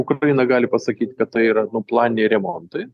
ukraina gali pasakyti kad tai yra nu planiniai remontai